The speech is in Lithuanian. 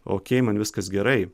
okei man viskas gerai